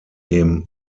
dem